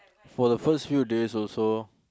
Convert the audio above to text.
for the first few days or so